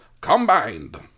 combined